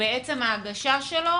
בעצם ההגשה שלו